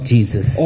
Jesus